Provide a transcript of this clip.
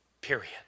period